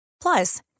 Plus